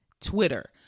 Twitter